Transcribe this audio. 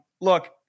Look